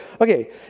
okay